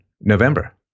November